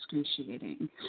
excruciating